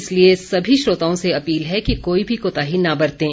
इसलिए सभी श्रोताओं से अपील है कि कोई भी कोताही न बरतें